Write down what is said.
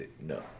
No